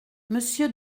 monsieur